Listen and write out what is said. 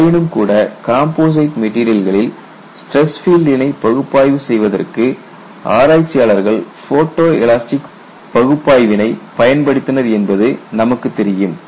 ஆயினும்கூட கம்போசிட் மெட்டீரியல்களில் ஸ்டிரஸ் ஃபீல்டினை பகுப்பாய்வு செய்வதற்கு ஆராய்ச்சியாளர்கள் போட்டோ எலாஸ்டிக் பகுப்பாய்வினை பயன்படுத்தினர் என்பது நமக்கு தெரியும்